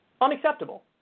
unacceptable